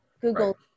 Google